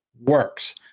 works